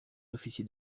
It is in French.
officier